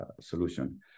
solution